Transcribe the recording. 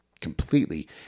completely